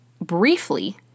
briefly